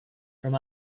from